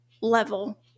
level